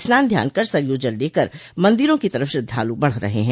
स्नान ध्यान कर सरयू जल लेकर मंदिरों की तरफ श्रद्वालु बढ़ रहे हैं